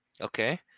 Okay